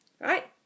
right